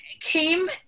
came